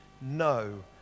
no